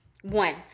One